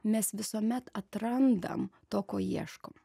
mes visuomet atrandam to ko ieškom